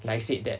like said that